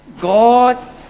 God